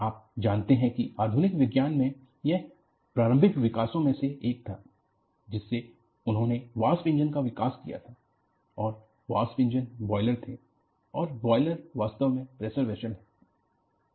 आप जानते हैं कि आधुनिक विज्ञान में यह प्रारंभिक विकासों में से एक था जिससे उन्होंने वाष्प इंजनों का विकास किया था और वाष्प इंजन बॉयलर थे और बॉयलर वास्तव में प्रेशर वेसल है